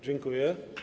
Dziękuję.